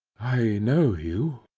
i know you,